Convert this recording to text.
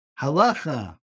halacha